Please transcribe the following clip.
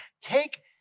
take